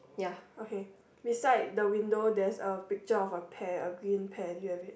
okay beside the window there's a picture of a pear a green pear do you have it